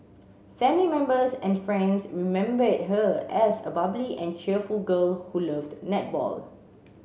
family members and friends remembered her as a bubbly and cheerful girl who loved netball